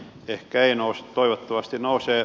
ehkä ei nouse toivottavasti nousee